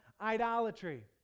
idolatry